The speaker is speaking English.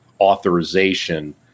authorization